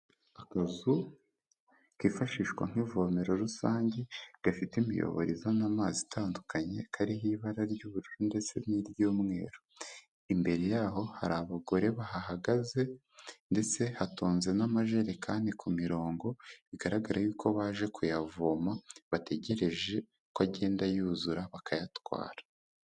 Akazu kifashishwa nk'ivomero rusange, gafite imiyoboro izana amazi atandukanye, kariho ibara ry'ubururu ndetse n'iry'umweru. Imbere yaho hari abagore bahagaze ndetse hatonze n'amajerekani ku mirongo, bigaragara yuko baje kuyavoma bategereje ko agenda yuzura bakayatwara.